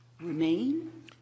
remain